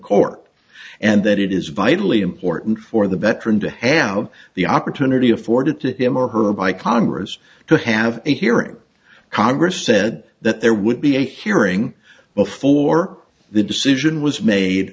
court and that it is vitally important for the veteran to have the opportunity afforded to him or her by congress to have a hearing congress said that there would be a hearing before the decision was made